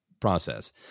process